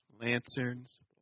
Lantern's